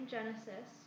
Genesis